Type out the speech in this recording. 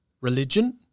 religion